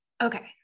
Okay